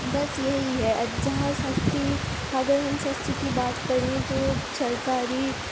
بس یہی ہے اب جہاں سستی اگر ہم سستی کی بات کریں تو سرکاری